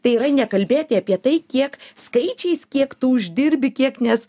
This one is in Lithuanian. tai yra nekalbėti apie tai kiek skaičiais kiek tu uždirbi kiek nes